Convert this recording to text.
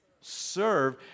serve